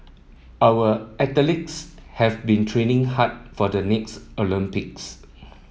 our athletes have been training hard for the next Olympics